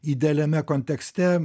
idealiame kontekste